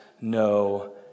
no